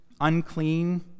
unclean